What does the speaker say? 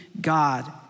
God